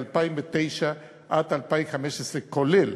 מ-2009 עד 2015 כולל,